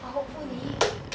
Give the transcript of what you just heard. oh hopefully